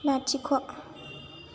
लाथिख'